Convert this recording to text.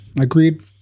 agreed